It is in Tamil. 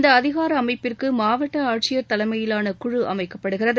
இந்த அதிகார அமைப்பிற்கு மாவட்ட ஆட்சியர் தலைமையிலான குழு அமைக்கப்படுகிறது